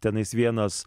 tenais vienas